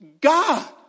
God